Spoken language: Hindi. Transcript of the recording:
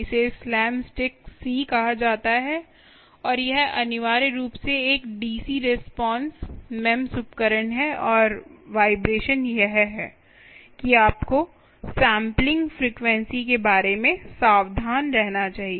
इसे स्लैम स्टिक सी कहा जाता है और यह अनिवार्य रूप से एक डीसी रिस्पांस मेमस उपकरण है और वाइब्रेशन यह है कि आपको सैंपलिंग फ्रीक्वेंसी के बारे में सावधान रहना चाहिए